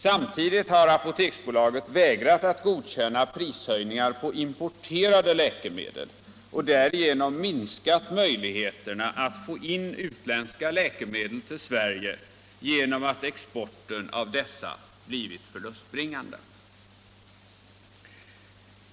Samtidigt har Apoteksbolaget vägrat att godkänna prishöjningar på importerade läkemedel och därigenom minskat möjligheterna att få in utländska läkemedel till Sverige på grund av att exporten av dessa blivit förlustbringande.